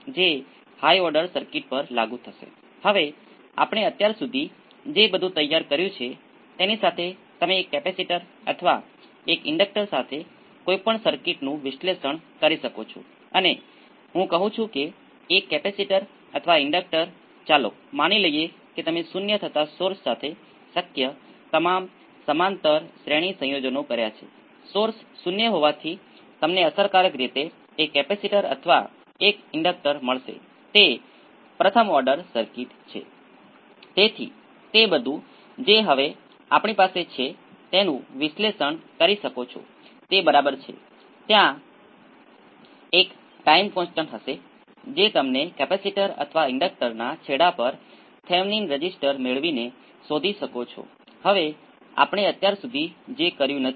તેથી હું આના પર વધુ સમય વિતાવીશ નહીં કે તમે કોઈપણ ક્વાંટિટિ પસંદ કરી શકો છો પરંતુ આને V s કહેવા દો જે તેને ચલાવે છે જેનો અર્થ છે કે કેટલાક સાઇનુંસૉઇડ્સ આ ચલાવે છે જે મેં તમને કહ્યું હતું કે આપણે સફેદ રેન્જની વસ્તુઓનું પ્લોટ બનાવવા માટે તમારો પ્લોટનો લગાવ જરૂરી છે તમે કંઈપણ જોઈ શકો છો મારો મતલબ એવો નથી